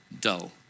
dull